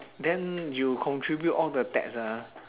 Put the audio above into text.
then you contribute all the tax ah